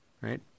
Right